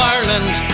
Ireland